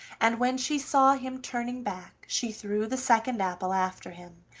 and when she saw him turning back she threw the second apple after him,